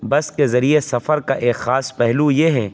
بس کے ذریعہ سفر کا ایک خاص پہلو یہ ہے